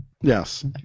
Yes